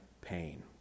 pain